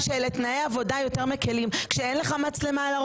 המצלמות האלו לא רק מגינות על הילדים,